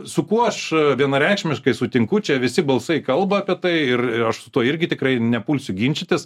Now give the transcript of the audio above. su kuo aš vienareikšmiškai sutinku čia visi balsai kalba apie tai ir aš su tuo irgi tikrai nepulsiu ginčytis